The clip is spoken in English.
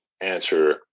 answer